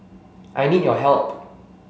I need your help